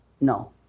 No